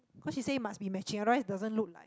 cause she say must be matching otherwise doesn't look like